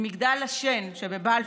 ממגדל השן שבבלפור,